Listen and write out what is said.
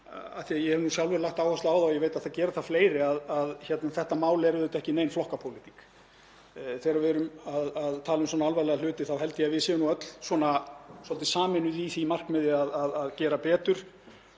að ég hef sjálfur lagt áherslu á það og ég veit að það gera fleiri, að þetta mál er auðvitað ekki nein flokkapólitík. Þegar við erum að tala um svona alvarlega hluti þá held ég að við séum öll svolítið sameinuð í því markmiði að gera betur